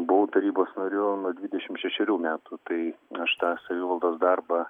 buvau tarybos nariu nuo dvidešimt šešerių metų tai aš tą savivaldos darbą